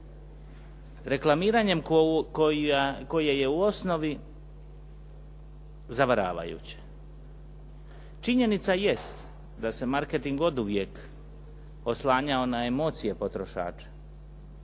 reklamiranjem koje je u osnovi zavaravajuće. Činjenica jest da se marketing oduvijek oslanjao na emocije potrošača,